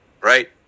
right